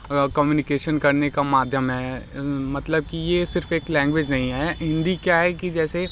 communication करने का माध्यम है मतलब कि ये सिर्फ़ एक लैंगुएज नहीं है हिंदी क्या है कि जैसे